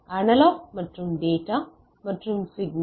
எனவே அனலாக் மற்றும் டேட்டா மற்றும் சிக்னல்